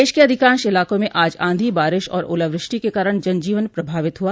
देश के अधिकांश इलाकों में आज आंधी बारिश और ओलावृष्टि के कारण जन जीवन प्रभावित हुआ